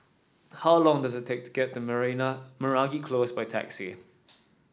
how long does it take to get to Meragi Close by taxi